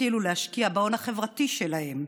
שישכילו להשקיע בהון החברתי שלהן,